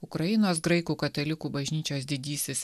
ukrainos graikų katalikų bažnyčios didysis